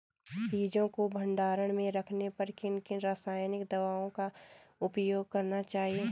बीजों को भंडारण में रखने पर किन किन रासायनिक दावों का उपयोग करना चाहिए?